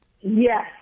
Yes